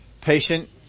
patient